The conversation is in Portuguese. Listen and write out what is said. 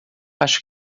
acho